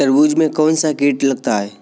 तरबूज में कौनसा कीट लगता है?